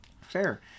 Fair